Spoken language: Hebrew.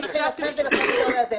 דובר, ערוץ הכנסת.